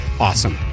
awesome